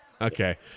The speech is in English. Okay